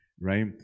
right